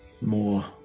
more